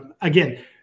Again